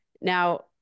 Now